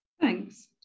Thanks